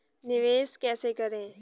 निवेश कैसे करें?